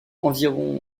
environ